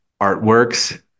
artworks